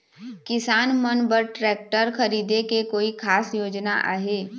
किसान मन बर ट्रैक्टर खरीदे के कोई खास योजना आहे?